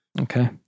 okay